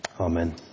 Amen